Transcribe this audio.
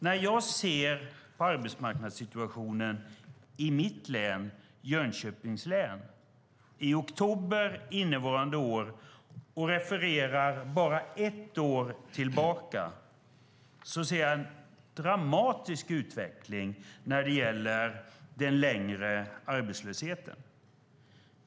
När jag ser på arbetsmarknadssituationen i mitt län, Jönköping län, i oktober innevarande år och refererar bara ett år tillbaka ser jag en dramatisk utveckling när det gäller långtidsarbetslösheten.